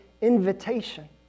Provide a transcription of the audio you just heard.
invitation